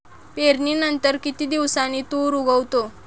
पेरणीनंतर किती दिवसांनी तूर उगवतो?